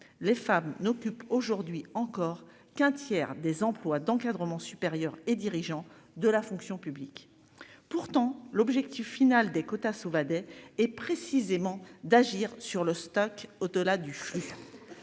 Les femmes n'occupent aujourd'hui encore qu'un tiers des emplois d'encadrement supérieur et dirigeant de la fonction publique. Pourtant l'objectif final des quotas Sauvadet et précisément d'agir sur le stock. Au-delà du flux.